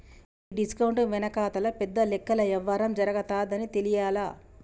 ఈ డిస్కౌంట్ వెనకాతల పెద్ద లెక్కల యవ్వారం జరగతాదని తెలియలా